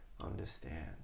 understand